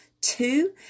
two